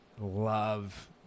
love